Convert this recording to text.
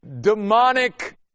demonic